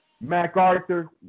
MacArthur